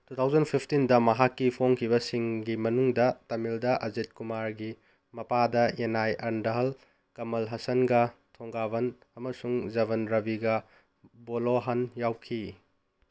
two thousand ꯐꯤꯞꯇꯤꯟꯗ ꯃꯍꯥꯛꯀꯤ ꯐꯣꯡꯈꯤꯕꯁꯤꯡꯒꯤ ꯃꯅꯨꯡꯗ ꯇꯃꯤꯜꯗ ꯑꯖꯤꯠ ꯀꯨꯃꯔꯒꯤ ꯃꯄꯥꯗ ꯌꯦꯟꯅꯥꯏ ꯑꯟꯗꯥꯥꯍꯜ ꯀꯃꯜ ꯍꯁꯟꯒ ꯊꯣꯡꯒꯥꯚꯟ ꯑꯃꯁꯨꯡ ꯖꯕꯟ ꯔꯕꯤꯒ ꯕꯣꯂꯣꯍꯟ ꯌꯥꯎꯈꯤ